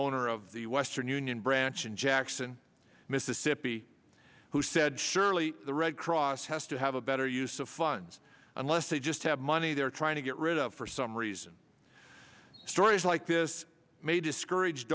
owner of the western union branch in jackson mississippi who said surely the red cross has to have a better use of funds unless they just have money they are trying to get rid of for some reason stories like this may discourage